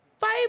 five